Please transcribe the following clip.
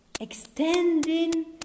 extending